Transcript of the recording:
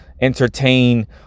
entertain